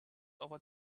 over